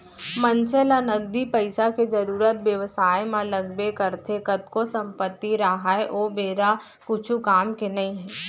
मनसे ल नगदी पइसा के जरुरत बेवसाय म लगबे करथे कतको संपत्ति राहय ओ बेरा कुछु काम के नइ हे